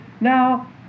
Now